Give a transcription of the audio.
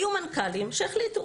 היו מנכ"לים שהחליטו.